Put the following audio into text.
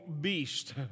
beast